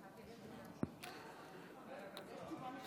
תמיכה גורפת כאן בבית מהקואליציה ומהאופוזיציה,